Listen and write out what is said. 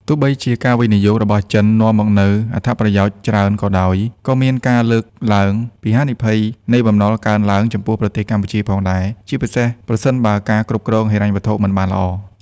ទោះបីជាការវិនិយោគរបស់ចិននាំមកនូវអត្ថប្រយោជន៍ច្រើនក៏ដោយ ក៏មានការលើកឡើងពីហានិភ័យនៃបំណុលកើនឡើងចំពោះប្រទេសកម្ពុជាផងដែរ ជាពិសេសប្រសិនបើការគ្រប់គ្រងហិរញ្ញវត្ថុមិនបានល្អ។